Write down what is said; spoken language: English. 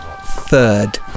third